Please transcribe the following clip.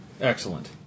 Excellent